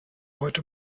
heute